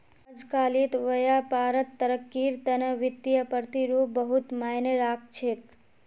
अजकालित व्यापारत तरक्कीर तने वित्तीय प्रतिरूप बहुत मायने राख छेक